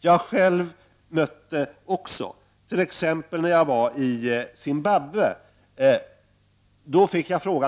Jag har själv mött det, t.ex. när jag var i Zimbabwe. Då,